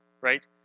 right